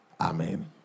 amen